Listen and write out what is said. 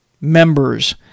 members